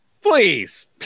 Please